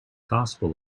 gospel